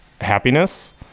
happiness